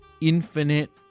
infinite